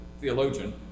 theologian